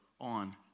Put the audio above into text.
on